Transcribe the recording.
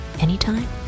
Anytime